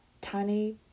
tiny